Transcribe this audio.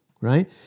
right